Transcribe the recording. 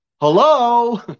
Hello